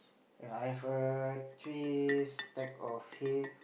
yea I have a three stack of hay